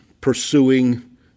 pursuing